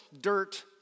dirt